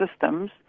systems